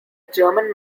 german